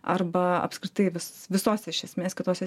arba apskritai vis visose iš esmės kitose